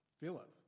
Philip